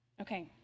Okay